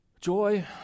Joy